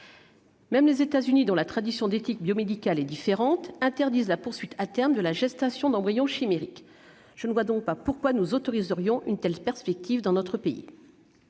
Même les États-Unis, dont la tradition d'éthique biomédicale est différente, interdisent la poursuite à terme de la gestation d'embryons chimériques ; je ne vois donc pas pourquoi nous autoriserions une telle perspective dans notre pays.